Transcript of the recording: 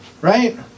right